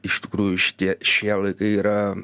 iš tikrųjų šitie šie laikai yra